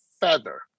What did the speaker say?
feather